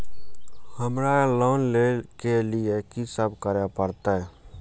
हमरा लोन ले के लिए की सब करे परते?